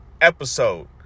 episode